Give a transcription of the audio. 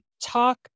talk